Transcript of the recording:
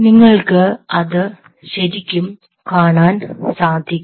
നിങ്ങൾക്ക് അത് ശരിക്കും കാണാൻ സാധിക്കും